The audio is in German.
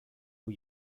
new